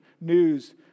news